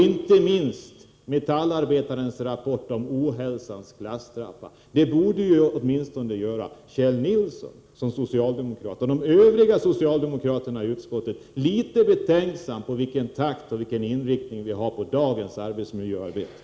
Inte minst dagens rapport om ohälsans klasstrappa borde göra Kjell Nilsson som socialdemokrat och övriga socialdemokrater i utskottet litet betänksamma beträffande vilken takt och inriktning vi har på dagens arbetsmiljöarbete.